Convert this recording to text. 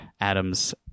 adam's